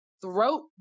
Throat